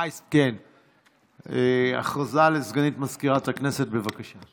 הודעה לסגנית מזכירת הכנסת, בבקשה.